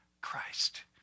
Christ